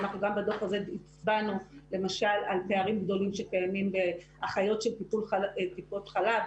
גם בדוח הזה הצבענו למשל על פערים גדולים שקיימים לגבי אחיות טיפות חלב,